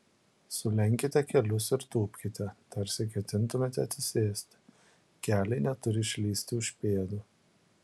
sulenkite kelius ir tūpkite tarsi ketintumėte atsisėsti keliai neturi išlįsti už pėdų